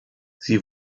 sie